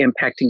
impacting